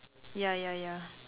ya ya ya